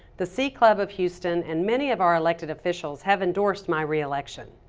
the c-club of houston and many of our elected officials have endorsed my re-election.